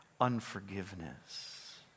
Unforgiveness